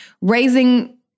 raising